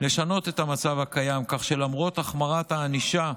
לשנות את המצב הקיים כך שלמרות החמרת הענישה,